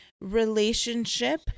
relationship